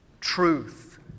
truth